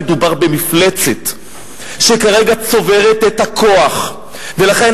מדובר במפלצת שכרגע צוברת את הכוח ולכן